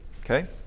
okay